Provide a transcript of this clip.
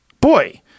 Boy